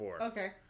Okay